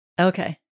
Okay